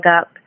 up